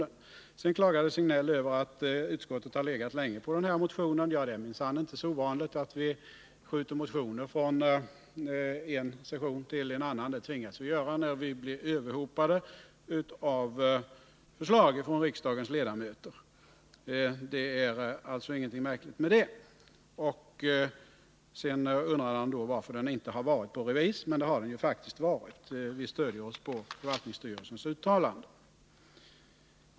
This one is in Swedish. Sedan klagade Sven-Gösta Signell över att utskottet har legat länge på denna motion. Ja, det är minsann inte så ovanligt att vi skjuter upp motioner från en session till en annan — det tvingas vi göra när vi blir överhopade av förslag från riksdagens ledamöter. Det är alltså ingenting märkligt med det. Sven-Gösta Signell undrade vidare varför motionen inte varit på remiss. men det har den faktiskt varit. Vi stöder oss på förvaltningsstyrelsens uttalande.